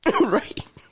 right